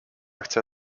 chce